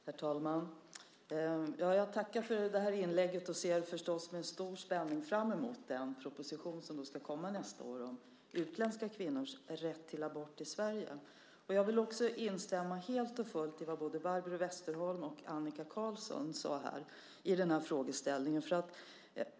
Herr talman! Jag tackar för inlägget och ser förstås med stor spänning fram emot den proposition som ska komma nästa år om utländska kvinnors rätt till abort i Sverige. Jag vill helt och fullt instämma i vad Barbro Westerholm och Annika Qarlsson sade i den här frågan.